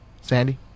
Sandy